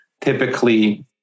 typically